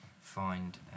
find